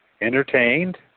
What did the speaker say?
entertained